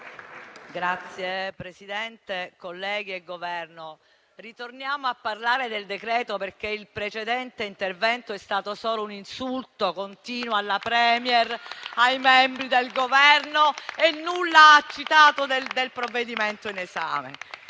Presidente, colleghi e Governo, ritorniamo a parlare del decreto-legge, perché il precedente intervento è stato solo un insulto continuo alla *Premier* e ai membri del Governo e nulla ha citato del provvedimento in esame.